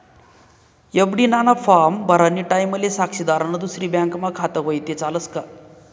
FD ना form भरानी टाईमले साक्षीदारनं दुसरी बँकमा खातं व्हयी ते चालस का